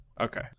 Okay